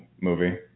movie